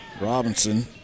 Robinson